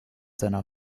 seiner